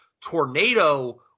Tornado